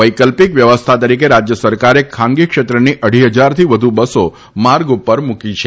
વૈકલ્પિક વ્યવસ્થા તરીકે રાજ્ય સરકારે ખાનગી ક્ષેત્રની અઢી હજારથી વધુ બસો માર્ગ ઉપર મુકી છે